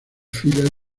filas